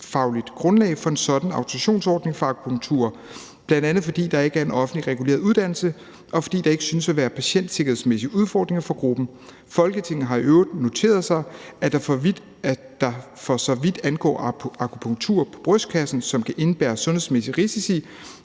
sundhedsfagligt grundlag for en sådan autorisationsordning for akupunktører, bl.a. fordi der ikke er en offentligt reguleret uddannelse, og fordi der ikke synes at være patientsikkerhedsmæssige udfordringer for gruppen. Folketinget har i øvrigt noteret sig, at der, for så vidt angår akupunktur på brystkassen, som kan indebære sundhedsmæssige risici,